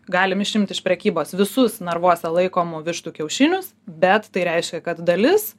galim išimt iš prekybos visus narvuose laikomų vištų kiaušinius bet tai reiškia kad dalis